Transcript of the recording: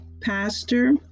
Pastor